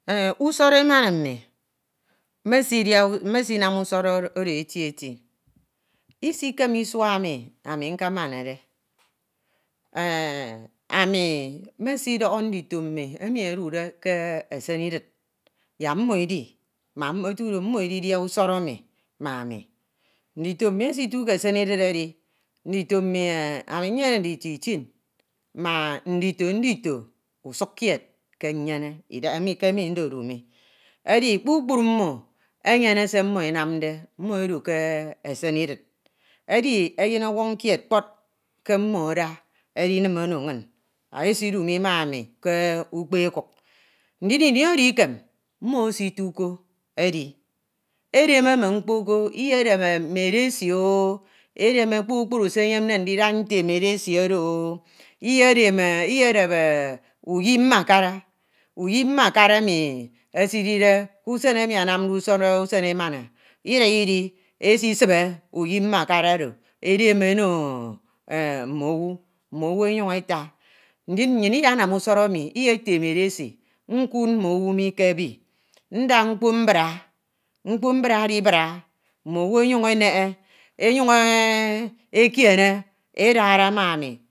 Usoro emana mmi. mmesinam usoro oro eti eti. isikem ibua emi amì mkemanade, ami mmesidoho ndito mmi emi edide ke esan idid yak mmo edi mbak etudo mmo ediki usoro emi ma ami. Ndito mma esitu ke esen idid emi. ami nyene ndito itin ma ndito ndito usukkied ke nyene ke emi ndedu mi. edi kpukpru mmo enyene se mmo enamde. Mmo edi ke esen idid. Edid enyiowọñ kied kpọd ke mmo eda edinem eno min. esidu mi ma ami ke ukpe okuk. ndin inin oro ikem. mmo esitu ko edi. Edeme mme mkpo ko. nyedep mme edesi~o. edeme kpukpru se eyemde ndida ntem edesi oro- o. lyedep uyi mbakara. uyi mbakara esidide ke uaen anamde usọrọ usẹn emana. ida idi esisibe uyi mbakara oro edeme eno mme owu. mme enyuñ eta. ndin nnyin iyenam uson emi. iyetan edesi. nkeked mme owu mi ke ebi. nda mkpo mbra. mkpo mbra edibra mme owu enyuñ enehe. enyuñ ekiene edera ma ami